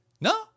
No